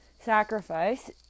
sacrifice